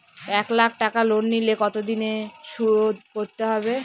এক লাখ টাকা লোন নিলে কতদিনে শোধ করতে হবে?